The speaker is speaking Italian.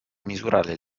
misurare